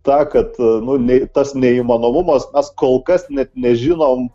ta kad nu nei tas neįmanomumas mes kol kas net nežinom